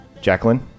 Jacqueline